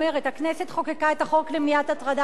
הכנסת חוקקה את החוק למניעת הטרדה מינית.